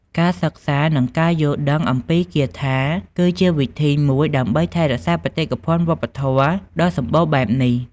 ការសិក្សានិងការយល់ដឹងអំពីគាថាគឺជាវិធីមួយដើម្បីថែរក្សាបេតិកភណ្ឌវប្បធម៌ដ៏សម្បូរបែបនេះ។